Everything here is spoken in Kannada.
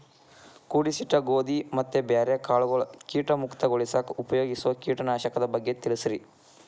ಕೂಡಿಸಿಟ್ಟ ಗೋಧಿ ಮತ್ತ ಬ್ಯಾರೆ ಕಾಳಗೊಳ್ ಕೇಟ ಮುಕ್ತಗೋಳಿಸಾಕ್ ಉಪಯೋಗಿಸೋ ಕೇಟನಾಶಕದ ಬಗ್ಗೆ ತಿಳಸ್ರಿ